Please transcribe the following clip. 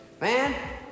Man